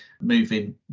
moving